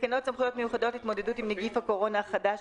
תקנות סמכויות מיוחדות להתמודדות עם נגיף הקורונה החדש